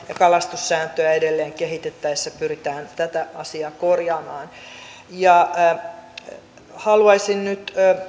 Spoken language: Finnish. kalastussääntöä edelleen kehitettäessä pyritään tätä asiaa korjaamaan haluaisin nyt